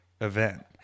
event